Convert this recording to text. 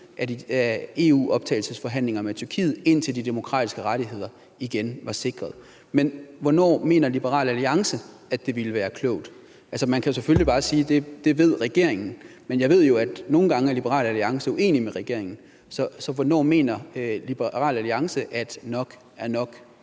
af EU's optagelsesforhandlinger med Tyrkiet, indtil de demokratiske rettigheder igen var sikret. Men hvornår mener Liberal Alliance det ville være klogt? Man kan selvfølgelig bare sige, at det ved regeringen. Men jeg ved jo, at Liberal Alliance nogle gange er uenig med regeringen. Så hvornår mener Liberal Alliance at nok er nok?